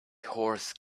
horse